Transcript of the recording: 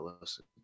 listen